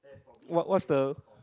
what what's the